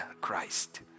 Christ